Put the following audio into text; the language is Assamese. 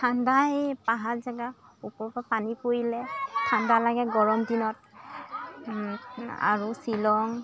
ঠাণ্ডা এই পাহাৰ জেগা ওপৰ পা পানী পৰিলে ঠাণ্ডা লাগে গৰম দিনত আৰু শ্বিলং